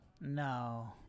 No